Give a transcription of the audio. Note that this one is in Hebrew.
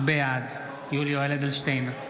בעד יולי יואל אדלשטיין,